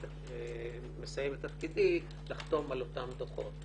מסיים את תפקידי לחתום על אותם דוחות.